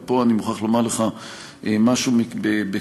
ופה אני מוכרח לומר לך משהו בכנות: